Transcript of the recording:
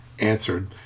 answered